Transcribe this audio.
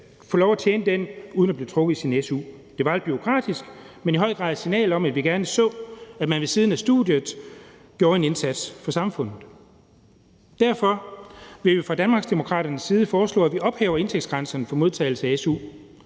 som man tjente, uden at blive trukket i sin su. Det var lidt bureaukratisk, men i høj grad et signal om, at vi gerne så, at man ved siden af studiet gjorde en indsats for samfundet. Derfor vil vi fra Danmarksdemokraternes side foreslå, at vi ophæver indtægtsgrænserne ved modtagelse af su.